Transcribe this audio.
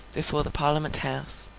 before the parliament house.